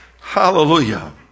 Hallelujah